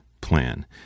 plan